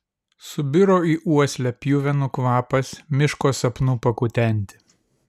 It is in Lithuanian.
subiro į uoslę pjuvenų kvapas miško sapnų pakutenti